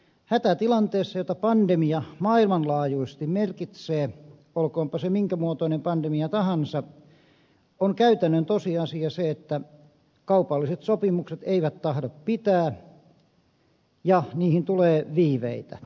hätätilanteessa jota pandemia maailmanlaajuisesti merkitsee olkoonpa se minkä muotoinen pandemia tahansa on käytännön tosiasia se että kaupalliset sopimukset eivät tahdo pitää ja niihin tulee viiveitä